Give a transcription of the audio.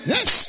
Yes